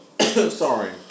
Sorry